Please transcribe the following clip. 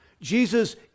Jesus